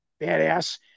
badass